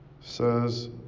Says